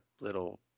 little